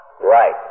Right